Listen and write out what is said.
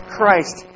Christ